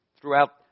throughout